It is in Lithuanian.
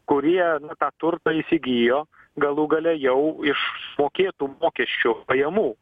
kurie tą turtą įsigijo galų gale jau iš sumokėtų mokesčių pajamų